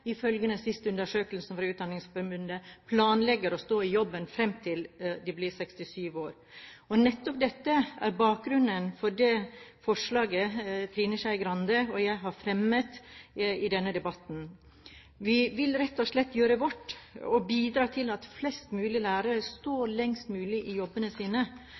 ifølge den siste undersøkelsen fra Utdanningsforbundet – planlegger å stå i jobben fram til de blir 67 år. Nettopp dette er bakgrunnen for det forslaget Trine Skei Grande og jeg har fremmet i denne debatten. Vi vil rett og slett gjøre vårt og bidra til at flest mulig lærere står lengst mulig i